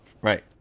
Right